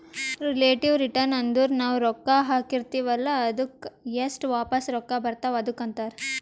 relative return ಅಂದುರ್ ನಾವು ರೊಕ್ಕಾ ಹಾಕಿರ್ತಿವ ಅಲ್ಲಾ ಅದ್ದುಕ್ ಎಸ್ಟ್ ವಾಪಸ್ ರೊಕ್ಕಾ ಬರ್ತಾವ್ ಅದುಕ್ಕ ಅಂತಾರ್